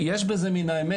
יש בזה מן האמת,